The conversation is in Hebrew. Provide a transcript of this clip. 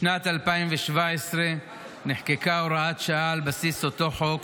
בשנת 2017 נחקקה הוראת שעה על בסיס אותו חוק,